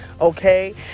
okay